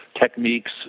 techniques